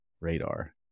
radar